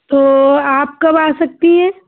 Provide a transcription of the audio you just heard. तो आप कब आ सकती हैं